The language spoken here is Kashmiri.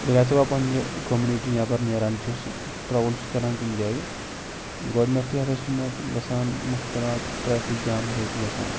ییٚلہِ ہَسا پنٛنہِ کومنِٹی نیبَر نیران چھُس ٹرٛوٕل چھُس کَران کُنہِ جایہِ گۄڈنٮ۪تھٕے ہَسا چھِ مےٚ گژھان مُشکِلات ٹرٛیفِک جام ہَسا چھِ گژھان